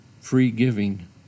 free-giving